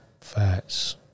Facts